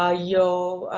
ah yo.